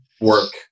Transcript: work